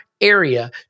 area